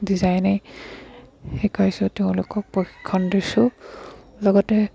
ডিজাইনে শিকাইছোঁ তেওঁলোকক প্ৰশিক্ষণ দিছোঁ লগতে